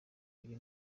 iri